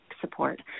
support